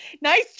Nice